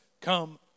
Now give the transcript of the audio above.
come